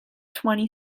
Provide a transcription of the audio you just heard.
twenty